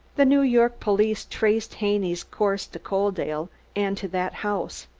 the new york police traced haney's course to coaldale and to that house.